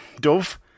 dove